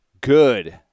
good